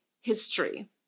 history